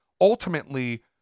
ultimately